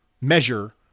measure